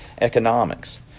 economics